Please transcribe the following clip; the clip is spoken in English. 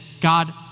God